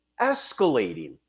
escalating